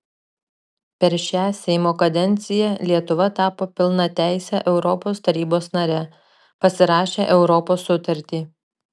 per šią seimo kadenciją lietuva tapo pilnateise europos tarybos nare pasirašė europos sutartį